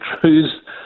truths